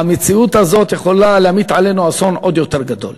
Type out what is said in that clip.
המציאות הזאת יכולה להמיט עלינו אסון עוד יותר גדול,